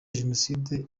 genocide